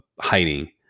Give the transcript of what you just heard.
hiding